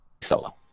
solo